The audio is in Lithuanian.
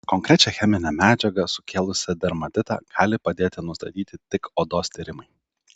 konkrečią cheminę medžiagą sukėlusią dermatitą gali padėti nustatyti tik odos tyrimai